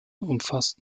umfasst